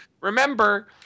Remember